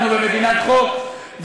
אנחנו במדינת חוק,